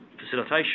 facilitation